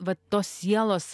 vat tos sielos